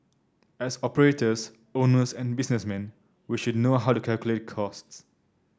as operators owners and businessmen we should know how to calculate costs